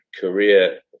career